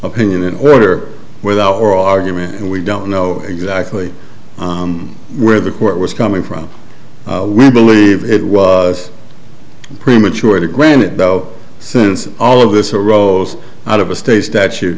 opinion in order without or argument and we don't know exactly where the court was coming from we believe it was prematurely granted though since all of this arose out of a state statu